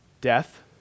Death